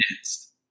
next